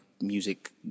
music